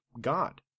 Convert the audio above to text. God